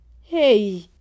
Hey